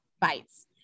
bites